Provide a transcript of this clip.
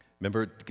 Remember